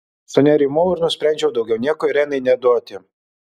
sunerimau ir nusprendžiau daugiau nieko irenai neduoti